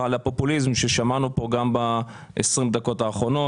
לפופוליזם ששמענו פה ב-20 הדקות האחרונות.